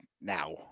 now